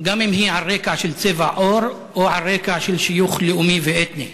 גם אם היא על רקע של צבע עור או על רקע של שיוך לאומי ואתני.